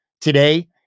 today